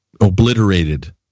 obliterated